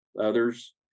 others